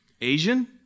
Asian